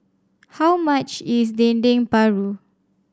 how much is Dendeng Paru